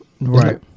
Right